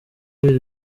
iri